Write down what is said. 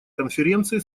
конференции